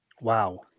Wow